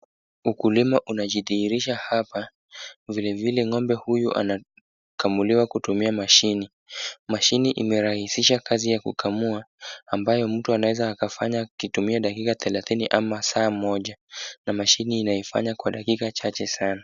Ukulima unajidhihirisha hapa. Vilevile ng'ombe huyu anakamuliwa kutumia mashine. Mashine imerahisisha kazi ya kukamua ambayo mtu anaweza akafanya akitumia dakika thelathini ama saa moja na mashine inafanya kwa dakika chache sana.